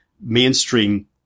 mainstream